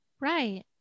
Right